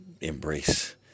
embrace